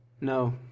No